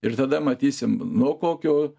ir tada matysim nuo kokio